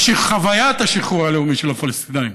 חוויית השחרור הלאומי של הפלסטינים,